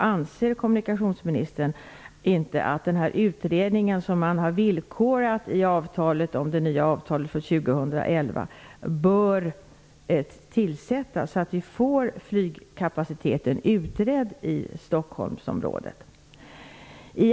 Anser kommunikationsministern vidare inte att den villkorade utredningen om det nya avtalet för 2011 bör tillsättas, så att vi får flygkapaciteten i Stockholmsområdet utredd?